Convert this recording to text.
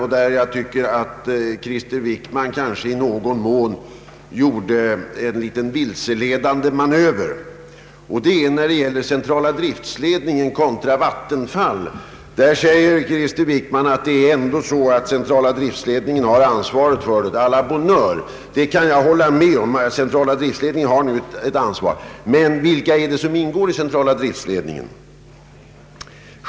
Jag tycker nämligen att Krister Wickman gjorde en något vilseledande manöver, då det gäller centrala driftledningen kontra Vattenfall. Krister Wickman säger, att det ändå förhåller sig så att centrala driftledningen har ansvaret i denna fråga. A la bonheur, jag kan hålla med om att centrala driftledningen har ett visst ansvar, men vilka är det som ingår i centrala driftledningen?